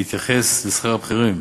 בהתייחס לשכר הבכירים,